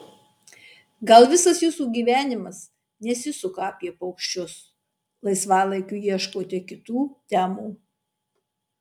gal visas jūsų gyvenimas nesisuka apie paukščius laisvalaikiu ieškote kitų temų